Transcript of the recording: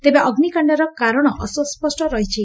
ତେବେ ଅଗ୍ନିକାଣ୍ଡର କାରଣ ଅସ୍ ରହିଛି